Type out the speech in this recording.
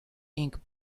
ink